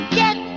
get